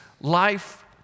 life